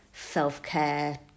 self-care